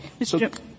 Mr